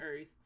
Earth